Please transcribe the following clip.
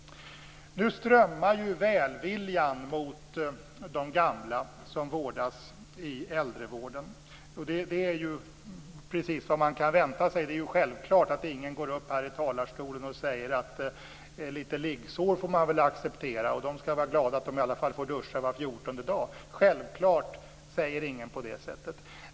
Nu strömmar välviljan mot de gamla som vårdas i äldrevården, och det är precis vad man kan vänta sig. Det är ju självklart att ingen går upp i talarstolen och säger: "Litet liggsår får man väl acceptera. De skall vara glada att de i alla fall får duscha var fjortonde dag." Självfallet säger ingen på det sättet.